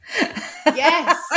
yes